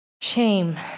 Shame